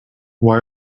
why